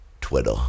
Twitter